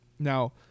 Now